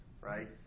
Right